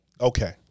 Okay